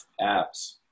apps